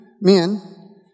men